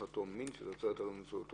לאותו מין של תוצרת הלול או באמצעותו".